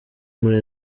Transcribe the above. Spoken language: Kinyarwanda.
muri